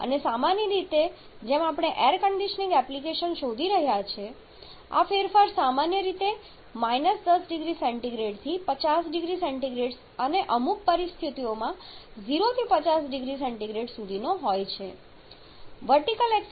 અને સામાન્ય રીતે જેમ આપણે એર કન્ડીશનીંગ એપ્લિકેશન શોધી રહ્યા છીએ આ ફેરફાર સામાન્ય રીતે −10 0C થી 50 0C અને અમુક પરિસ્થિતિઓમાં માત્ર 0 0C થી 50 0C સુધીનો હોય છે